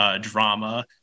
drama